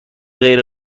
غیر